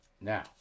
Now